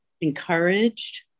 encouraged